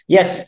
Yes